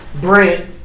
Brent